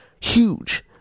Huge